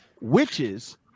witches